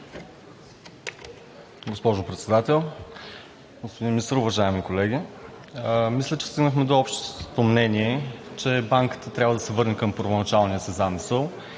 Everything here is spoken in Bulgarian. Госпожо Председател, господин Министър, уважаеми колеги! Мисля, че стигнахме до общото мнение, че банката трябва да се върне към първоначалния си замисъл